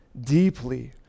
deeply